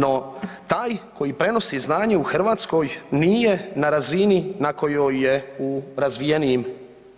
No, taj koji prenosi znanje u Hrvatskoj nije na razini na kojoj je u razvijenijim